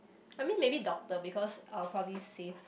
I mean maybe doctor because I will probably save